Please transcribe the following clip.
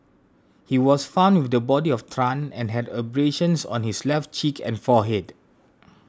he was found with the body of Tran and had abrasions on his left cheek and forehead